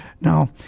Now